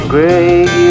Great